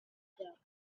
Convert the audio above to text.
black